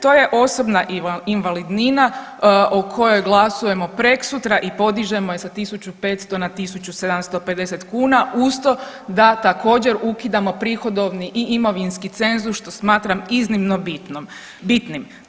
To je osobna invalidnina o kojoj glasujemo preksutra i podižemo je sa 1.500 na 1.750 kuna uz to da također ukidamo prihodovni i imovinski cenzus što smatram iznimno bitnom, bitnim.